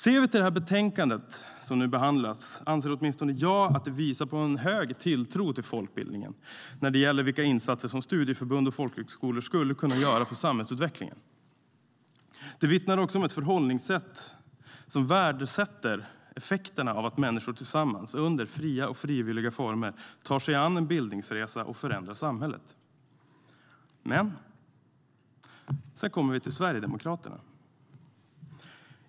Ser vi till det betänkande som nu behandlas anser åtminstone jag att det visar på en hög tilltro till folkbildningen när det gäller vilka insatser studieförbund och folkhögskolor skulle kunna göra för samhällsutvecklingen. Det vittnar också om ett förhållningssätt som värdesätter effekterna av att människor tillsammans, under fria och frivilliga former, tar sig an en bildningsresa och förändrar samhället. Sedan kommer vi till Sverigedemokraterna.